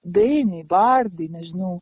dainiai bardai nežinau